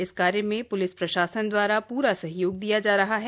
इस कार्य में पुलिस प्रशासन द्वारा पूरा सहयोग दिया जा रहा है